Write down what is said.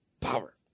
power